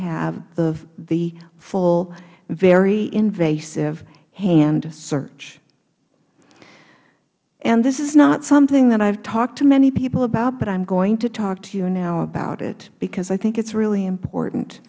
have the full very invasive hand search and this is not something that i have talked to many people about but i am going to talk to you now about it because i think it is really important